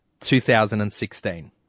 2016